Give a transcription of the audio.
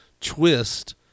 Twist